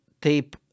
tape